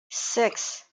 six